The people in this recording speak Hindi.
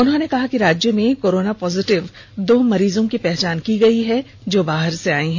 उन्होंने कहा कि राज्य में कोरोना पॉजिटिव दो मरीजों की पहचान हुई है जो बाहर से आए है